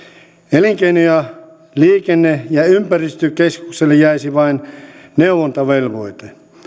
elinkeino liikenne ja ympäristökeskukselle jäisi vain neuvontavelvoite